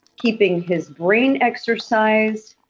keeping his brain exercised,